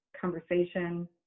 conversation